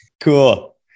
Cool